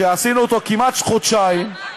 שעשינו אותו כמעט חודשיים,